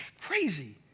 Crazy